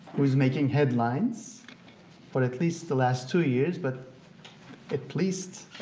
who is making headlines for at least the last two years but at least